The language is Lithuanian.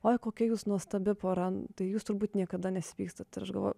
oi kokia jūs nuostabi pora tai jūs turbūt niekada nesipykstat ir aš galvoju